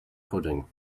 pudding